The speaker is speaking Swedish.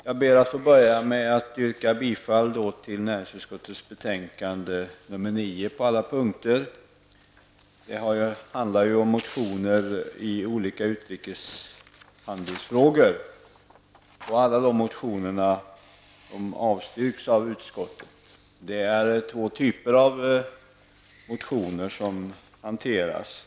Jag ber att få börja med att yrka bifall till hemställan i näringsutskottets betänkande 9 på alla punkter. Det handlar om motioner i olika utrikeshandelsfrågor. Alla dessa motioner avstyrks av utskottet. Det är två typer av motioner som behandlas.